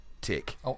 Tick